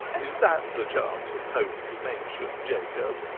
is that the chance and hope you mentioned, jacob?